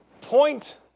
Point